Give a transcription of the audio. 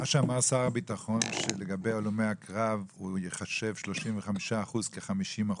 מה שאמר שר הביטחון שלגבי הלומי הקרב הוא ייחשב 35 אחוזים כ-50 אחוזים,